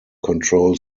control